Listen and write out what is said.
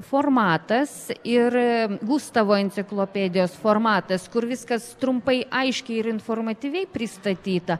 formatas ir gustavo enciklopedijos formatas kur viskas trumpai aiškiai ir informatyviai pristatyta